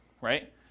right